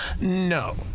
No